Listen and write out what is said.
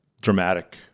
dramatic